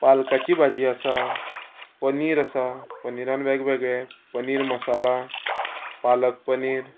पालकाची भाजी आसा पनीर आसा पनिरान वेगवेगळे पनीर मसाला पालक पनीर